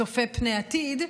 צופה פני עתיד,